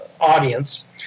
audience